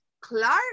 Clark